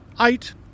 eight